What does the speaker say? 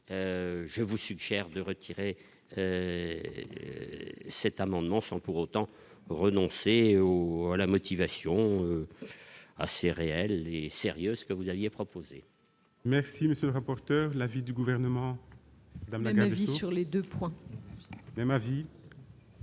je vous suggère de retirer cet amendement sans pour autant renoncer ou la motivation assez réelle et sérieuse que vous aviez proposé. Merci, monsieur le rapporteur de l'avis du gouvernement dans la galerie, sur les 2 3 et ma vue